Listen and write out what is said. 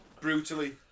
brutally